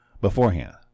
beforehand